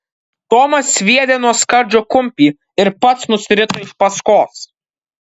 tomas sviedė nuo skardžio kumpį ir pats nusirito iš paskos